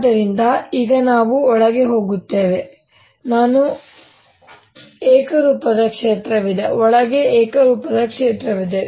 ಆದ್ದರಿಂದ ಈಗ ನಾವು ಒಳಗೆ ಹೋಗುತ್ತೇವೆ ಒಳಗೆ ನನಗೆ ಏಕರೂಪದ ಕ್ಷೇತ್ರವಿದೆ ಒಳಗೆ ಏಕರೂಪದ ಕ್ಷೇತ್ರವಿದೆ